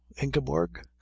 Ingeborg